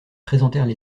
présentèrent